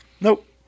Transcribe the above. Nope